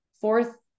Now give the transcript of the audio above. Fourth